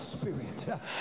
spirit